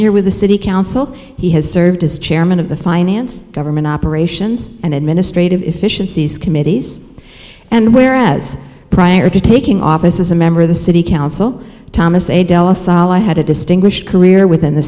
e with the city council he has served as chairman of the finance government operations and administrative efficiencies committees and whereas prior to taking office as a member of the city council thomas a dell us all i had a distinguished career within the